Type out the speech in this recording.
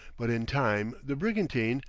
but in time the brigantine,